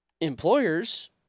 employers